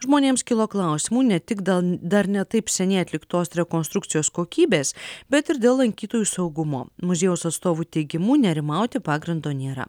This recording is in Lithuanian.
žmonėms kilo klausimų ne tik dėl dar ne taip seniai atliktos rekonstrukcijos kokybės bet ir dėl lankytojų saugumo muziejaus atstovų teigimu nerimauti pagrindo nėra